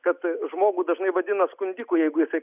kad žmogų dažnai vadina skundiku jeigu jisai